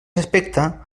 aspecte